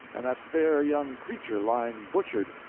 and that fair young creature lying butchered,